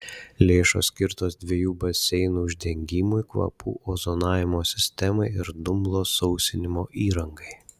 lėšos skirtos dviejų baseinų uždengimui kvapų ozonavimo sistemai ir dumblo sausinimo įrangai